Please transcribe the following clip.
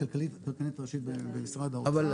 הכלכלנית הראשית במשרד האוצר --- אבל